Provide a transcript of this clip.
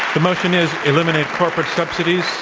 the motion is eliminate corporate subsidies.